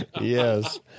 Yes